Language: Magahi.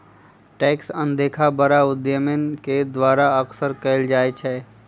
टैक्स अनदेखा बड़ा उद्यमियन के द्वारा अक्सर कइल जयते हई